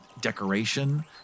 decoration